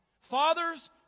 Fathers